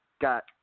got